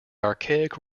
archaic